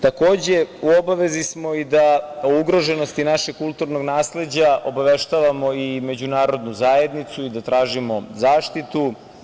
Takođe, u obavezi smo da o ugroženosti našeg kulturnog nasleđa obaveštavamo i međunarodnu zajednicu i da tražimo zaštitu.